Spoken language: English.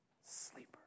sleeper